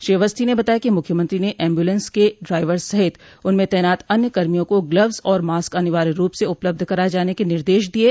श्री अवस्थी ने बताया कि मुख्यमंत्री ने एम्बुलेंस के ड्राइवर सहित उनमें तैनात अन्य कर्मियों को ग्लव्स और मास्क अनिवार्य रूप से उपलब्ध कराए जाने के निर्देश दिये